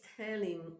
telling